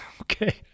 okay